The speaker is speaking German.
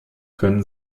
können